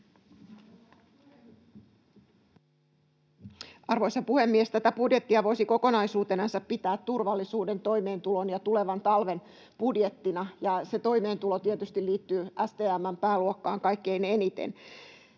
Arvoisa puhemies! Tätä budjettia voisi kokonaisuutenansa pitää turvallisuuden, toimeentulon ja tulevan talven budjettina, ja se toimeentulo tietysti liittyy STM:n pääluokkaan kaikkein eniten.